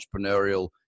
entrepreneurial